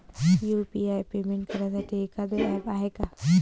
UPI payment करासाठी एखांद app हाय का?